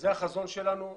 זה החזון שלנו.